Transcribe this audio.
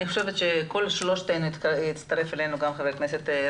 אני חושבת ש --- והצטרף אלינו גם ח"כ הרצנו,